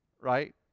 Right